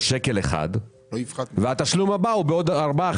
שקל אחד והתשלום הבא הוא בעוד ארבעה,